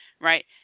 right